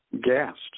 gassed